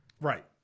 Right